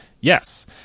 Yes